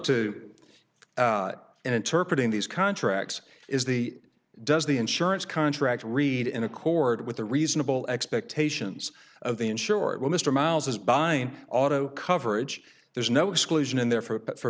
to interpret in these contracts is the does the insurance contract read in accord with the reasonable expectations of the insured when mr miles is buying auto coverage there's no exclusion in there for